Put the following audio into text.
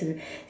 to